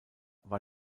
war